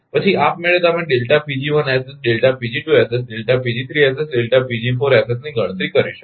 પછી આપમેળે તમે ની ગણતરી કરી શકો છો